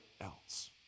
else